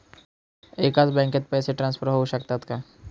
एकाच बँकेत पैसे ट्रान्सफर होऊ शकतात का?